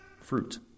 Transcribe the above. Fruit